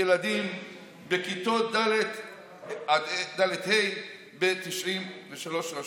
ילדים בכיתות ד'-ה' ב-93 רשויות.